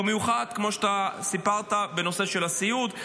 במיוחד כמו שסיפרת בנושא של הסיעוד,